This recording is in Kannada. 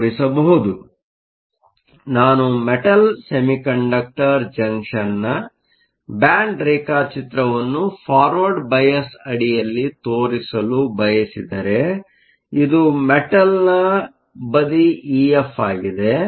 ಆದ್ದರಿಂದ ನಾನು ಮೆಟಲ್ ಸೆಮಿಕಂಡಕ್ಟರ್ ಜಂಕ್ಷನ್ನ ಬ್ಯಾಂಡ್ ರೇಖಾಚಿತ್ರವನ್ನು ಫಾರ್ವರ್ಡ್ ಬಯಾಸ್ ಅಡಿಯಲ್ಲಿ ತೋರಿಸಲು ಬಯಸಿದರೆ ಇದು ಮೆಟಲ್ನ ಬದಿ ಇಎಫ್ ಆಗಿದೆ